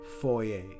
foyer